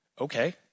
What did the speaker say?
okay